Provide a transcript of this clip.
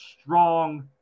strong